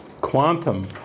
quantum